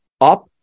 up